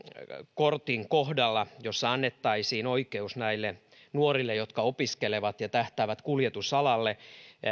kortin kohdalla missä annettaisiin oikeus näille nuorille jotka opiskelevat ja tähtäävät kuljetusalalle